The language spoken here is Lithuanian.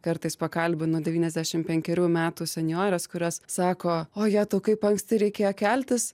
kartais pakalbinu devyniasdešim penkerių metų senjores kurios sako o jetau kaip anksti reikėjo keltis